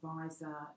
advisor